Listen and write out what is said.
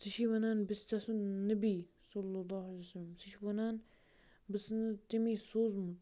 سُہ چھی وَنان بہٕ چھُس تسُنٛد نبی صَلی اللہُ عِلَیہ وَسَلم سُہ چھُ وَنان بہٕ تٔمی سوٗزمُت